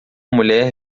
mulher